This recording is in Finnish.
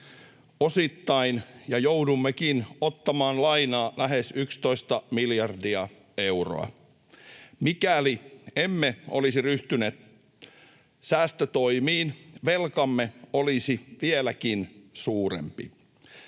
osittain, ja joudummekin ottamaan lainaa lähes 11 miljardia euroa. Mikäli emme olisi ryhtyneet säästötoimiin, velkamme olisi vieläkin suurempi.